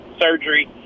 surgery